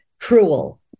cruel